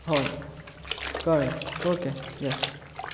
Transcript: हय कळ्ळें okay S